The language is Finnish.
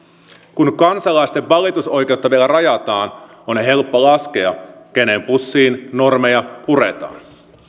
kun kansalaisten valitusoikeutta vielä rajataan on helppo laskea kenen pussiin normeja puretaan